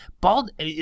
Bald